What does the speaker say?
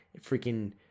freaking